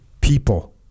People